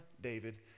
David